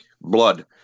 blood